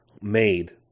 made